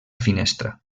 finestra